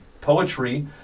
poetry